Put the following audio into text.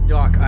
Doc